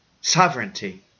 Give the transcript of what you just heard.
sovereignty